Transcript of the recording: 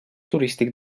turístic